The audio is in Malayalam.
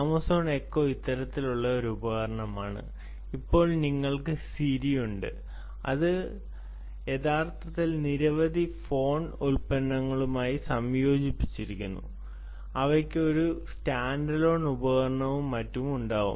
ആമസോൺ എക്കോ അത്തരത്തിലുള്ള ഒരു ഉപകരണമാണ് അപ്പോൾ നിങ്ങൾക്ക് സിരി ഉണ്ട് അത് യഥാർത്ഥത്തിൽ നിരവധി ഫോൺ ഉൽപ്പന്നങ്ങളുമായി സംയോജിപ്പിച്ചിരിക്കുന്നു അവയ്ക്ക് ഒരു സ്റ്റാൻഡ്അലോൺ ഉപകരണവും മറ്റും ഉണ്ടാകും